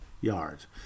yards